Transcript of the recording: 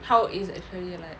how it's actually like